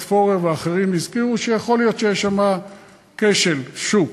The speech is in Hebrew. פורר ואחרים הזכירו שיכול להיות שיש בהם כשל שוק.